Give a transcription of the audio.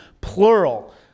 plural